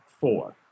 four